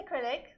acrylic